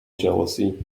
jealousy